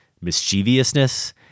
mischievousness